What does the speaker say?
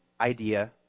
idea